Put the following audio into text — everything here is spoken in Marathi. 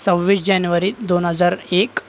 सव्वीस जानेवारी दोन हजार एक